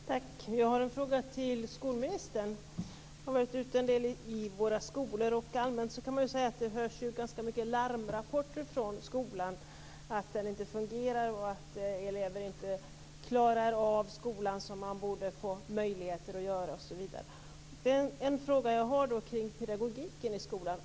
Fru talman! Jag har en fråga till skolministern. Jag har varit ute en del i våra skolor. Allmänt kan man säga att vi hör talas om ganska många larmrapporter från skolan, att den inte fungerar, att elever inte klarar av skolan som de borde få möjligheter att göra osv. En fråga jag har rör pedagogiken i skolan.